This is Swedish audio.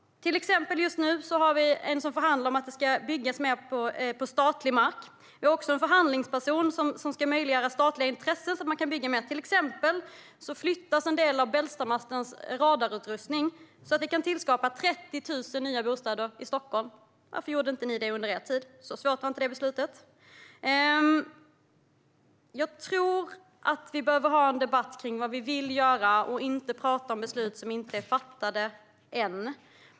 Vi har exempelvis just nu någon som förhandlar om att det ska byggas mer på statlig mark. Vi har även en förhandlingsperson som ska möjliggöra att statliga intressen kan användas till mer byggnation. Exempelvis flyttas en del av Bällstamastens radarutrustning så att vi kan tillskapa 30 000 nya bostäder i Stockholm. Varför gjorde inte ni det här under er tid? Detta beslut var inte särskilt svårt. Jag tror att vi behöver ha en debatt om vad vi vill göra och inte tala om beslut som inte är fattade än.